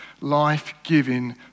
life-giving